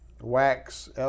wax